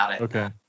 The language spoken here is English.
Okay